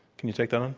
can you take that on?